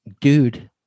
dude